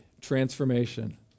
transformation